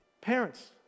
Parents